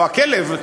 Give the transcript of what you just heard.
או הכלב,